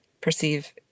perceive